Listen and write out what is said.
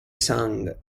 song